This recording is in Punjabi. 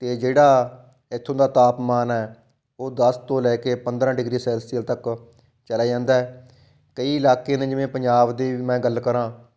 ਅਤੇ ਜਿਹੜਾ ਇੱਥੋਂ ਦਾ ਤਾਪਮਾਨ ਹੈ ਉਹ ਦਸ ਤੋਂ ਲੈ ਕੇ ਪੰਦਰ੍ਹਾਂ ਡਿਗਰੀ ਸੈਲਸੀਅਲ ਤੱਕ ਚਲਾ ਜਾਂਦਾ ਹੈ ਕਈ ਇਲਾਕੇ ਨੇ ਜਿਵੇਂ ਪੰਜਾਬ ਦੇ ਵੀ ਮੈਂ ਗੱਲ ਕਰਾਂ